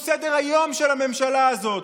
הוא סדר-היום של הממשלה הזאת.